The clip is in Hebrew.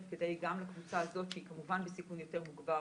גם לקבוצה הזאת שהיא כמובן בסיכון יותר מוגבר,